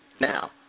Now